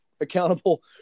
accountable